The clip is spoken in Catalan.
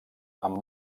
amb